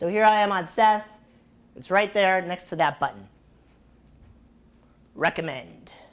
so here i am on seth it's right there next to that button recommend